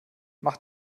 mach